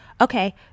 okay